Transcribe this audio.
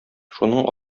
шуның